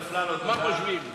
מה הם חושבים?